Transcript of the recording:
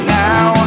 now